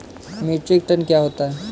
Metric tonne क्या होता है?